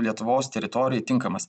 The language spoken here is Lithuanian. lietuvos teritorijai tinkamas